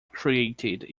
created